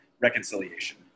Reconciliation